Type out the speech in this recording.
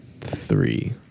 three